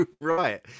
right